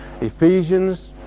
Ephesians